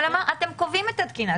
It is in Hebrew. אבל אתם קובעים את התקינה.